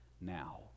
Now